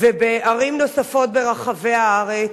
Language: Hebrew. ובערים נוספות ברחבי הארץ.